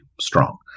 strong